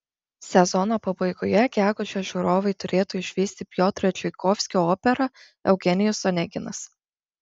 sezono pabaigoje gegužę žiūrovai turėtų išvysti piotro čaikovskio operą eugenijus oneginas